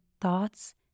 thoughts